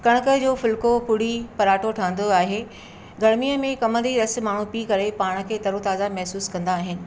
कणक जो फुल्को पुड़ी परांठो ठहिंदो आहे गरमीअ में कमंद जी रसु माण्हू पी करे पाण खे तरो ताज़ा महसूसु कंदा आहिनि